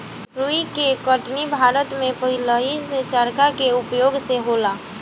रुई के कटनी भारत में पहिलेही से चरखा के उपयोग से होला